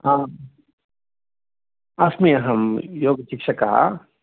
आम् अस्मि अहं योगशिक्षकः